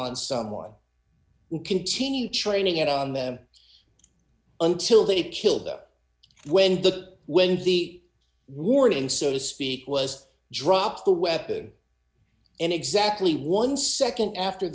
on someone who continue training it on them until they kill them when the when the warning so to speak was dropped the weapon and exactly one second after